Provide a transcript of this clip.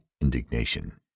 indignation